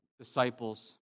disciples